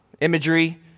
Imagery